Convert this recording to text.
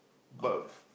but